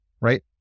Right